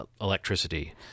electricity